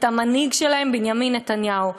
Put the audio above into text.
את המנהיג שלהם, בנימין נתניהו.